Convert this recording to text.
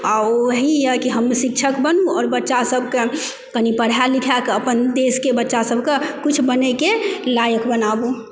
आ ओ यही यऽ कि हम शिक्षक बनु और बच्चा सबके कनी पढ़ाए लिखा कऽ अपन देशके बच्चा सबके कुछ बनै के लायक बनाबु